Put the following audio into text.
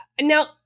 now